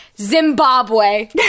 Zimbabwe